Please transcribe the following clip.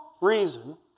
reason